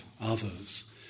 others